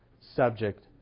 subject